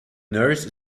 nurse